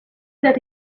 that